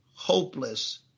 hopeless